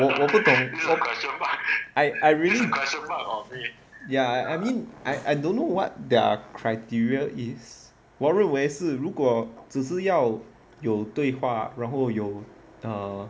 我我不懂 I I really ya I mean I I don't know what their criteria is 我认为是如果只是要有对话然后有 err